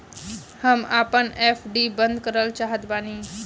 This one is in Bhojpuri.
हम आपन एफ.डी बंद करल चाहत बानी